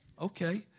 Okay